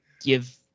Give